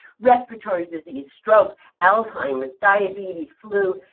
respiratory disease, stroke, alzheimer's, diabetes, flu,